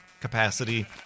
capacity